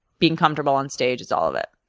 being comfortable on stage is all of it.